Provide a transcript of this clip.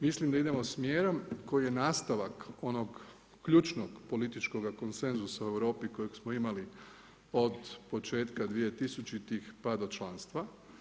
Mislim da idemo smjerom koji je nastavak onog ključnog političkoga konsenzusa u Europi kojeg smo imali od početka 2000. pa do članstva.